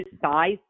size